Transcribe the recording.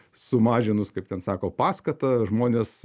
sumažinus kaip ten sako paskatą žmonės